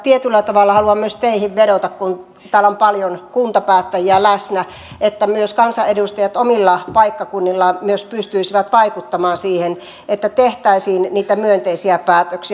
tietyllä tavalla haluan myös teihin vedota kun täällä on paljon kuntapäättäjiä läsnä että kansanedustajat omilla paikkakunnillaan myös pystyisivät vaikuttamaan siihen että tehtäisiin niitä myönteisiä päätöksiä